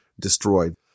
destroyed